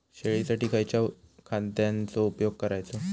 शेळीसाठी खयच्या खाद्यांचो उपयोग करायचो?